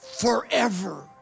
forever